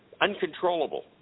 uncontrollable